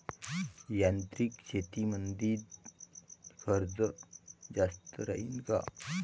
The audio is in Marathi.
यांत्रिक शेतीमंदील खर्च जास्त राहीन का?